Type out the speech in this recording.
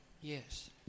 Yes